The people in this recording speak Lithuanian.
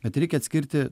bet reikia atskirti